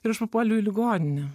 ir aš papuoliau į ligoninę